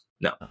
No